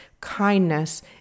Kindness